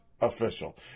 official